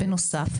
בנוסף,